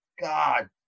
God